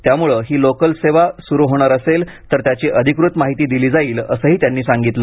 त्यामुळ ही लोकल सेवा सुरु होणार असेल तर त्याची अधिकृत माहिती दिली जाईल असंही त्यांनी सांगितलं